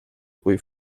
kui